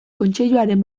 kontseiluaren